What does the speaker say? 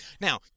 Now